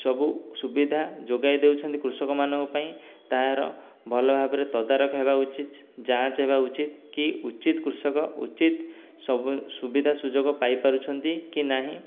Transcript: ସବୁ ସୁବିଧା ଯୋଗାଇ ଦେଉଛନ୍ତି କୃଷକମାନଙ୍କ ପାଇଁ ତାହାର ଭଲଭାବରେ ତଦାରଖ ହେବା ଉଚିଚ୍ ଯାଞ୍ଚ ହେବା ଉଚି କି ଉଚିତ୍ କୃଷକ ଉଚିତ୍ ସବୁ ସୁବିଧା ସୁଯୋଗ ପାଇପାରୁଛନ୍ତି କି ନାହିଁ